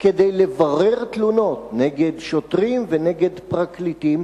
כדי לברר תלונות נגד שוטרים ונגד פרקליטים,